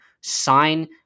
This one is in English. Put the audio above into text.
sign